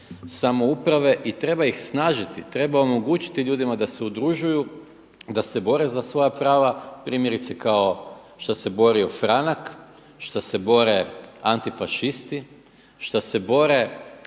samouprave i treba ih snažiti, treba omogućiti ljudima da se udružuju, da se bore za svoja prava primjerice kao što se borio Franak, šta se bore antifašisti, šta se bore